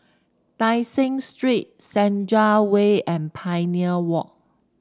Tai Seng Street Senja Way and Pioneer Walk